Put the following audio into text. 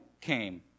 came